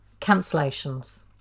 cancellations